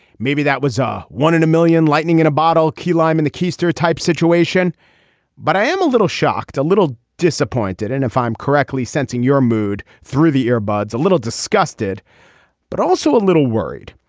maybe that was a one in a million lightning in a bottle key lime in the keystone type situation but i am a little shocked a little disappointed and if i'm correctly sensing your mood through the earbuds a little disgusted but also a little worried.